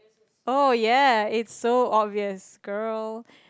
oh ya it's so obvious girl